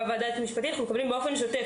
בוועדה המשפטית אנחנו מקבלים באופן שוטף